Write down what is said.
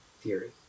theory